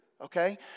okay